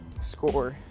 score